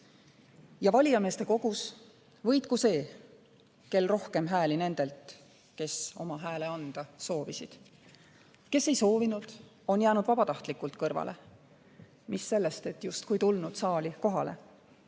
Valijameeste kogus võitku see, kel rohkem hääli nendelt, kes oma hääle anda soovisid. Kes ei soovinud, on jäänud vabatahtlikult kõrvale – mis sellest, et justkui tulnud saali kohale.